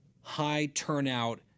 high-turnout